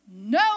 no